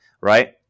right